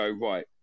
right